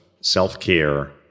self-care